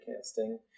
casting